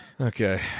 Okay